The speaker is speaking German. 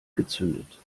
gezündet